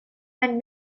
and